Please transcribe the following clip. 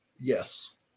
Yes